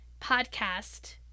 Podcast